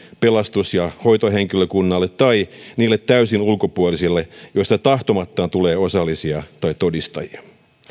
pelastus ja hoitohenkilökunnalle tai niille täysin ulkopuolisille joista tahtomattaan tulee osallisia tai todistajia